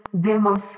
demos